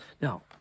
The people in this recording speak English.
Now